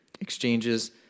exchanges